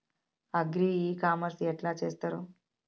Agri e commerce ఎట్ల చేస్తరు?